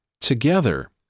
together